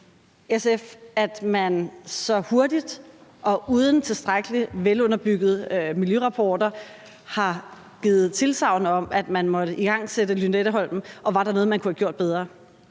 SF, at man så hurtigt og uden tilstrækkelig velunderbyggede miljørapporter har givet tilsagn om, at man måtte igangsætte Lynetteholmen, og var der noget, man kunne have gjort bedre?